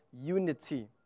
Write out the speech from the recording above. unity